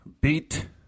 beat